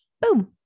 boom